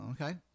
Okay